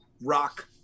rock